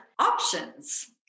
options